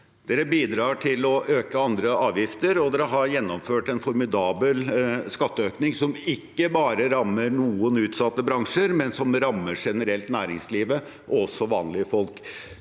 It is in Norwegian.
de bidrar til å øke andre avgifter, og de har gjennomført en formidabel skatteøkning, som ikke bare rammer noen utsatte bransjer, men som rammer næringslivet generelt